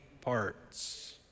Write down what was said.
parts